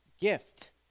gift